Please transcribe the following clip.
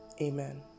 Amen